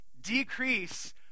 decrease